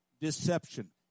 deception